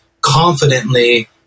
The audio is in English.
confidently